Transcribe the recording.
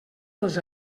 dels